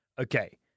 Okay